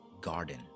garden